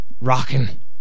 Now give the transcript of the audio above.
rockin